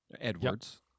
Edwards